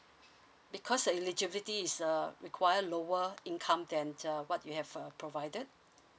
because the eligibility is uh require lower income than uh what you have uh provided